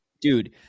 dude